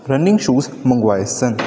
running shoes ਮੰਗਵਾਏ ਸਨ